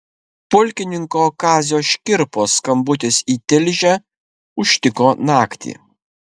pulkininko kazio škirpos skambutis į tilžę užtiko naktį